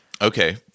Okay